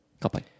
Kapai